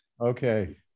Okay